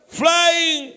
flying